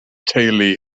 teulu